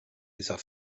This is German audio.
dieser